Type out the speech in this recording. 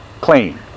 clean